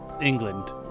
England